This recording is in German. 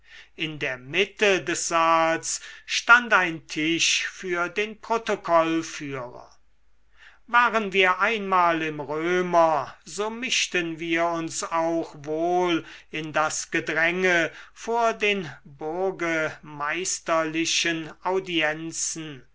in der mitte des saals stand ein tisch für den protokollführer waren wir einmal im römer so mischten wir uns auch wohl in das gedränge vor den burgemeisterlichen audienzen